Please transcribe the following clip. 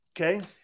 Okay